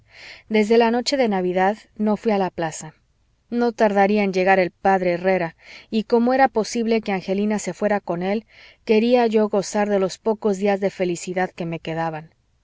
desde la noche de navidad no fuí a la plaza no tardaría en llegar el p herrera y como era posible que angelina se fuera con él quería yo gozar de los pocos días de felicidad que me quedaban